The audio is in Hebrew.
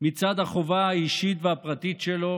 מצד החובה האישית והפרטית שלו